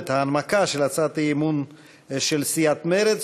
ההנמקה של הצעת האי-אמון של סיעת מרצ: